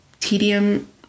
tedium